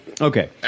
okay